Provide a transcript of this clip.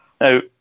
Now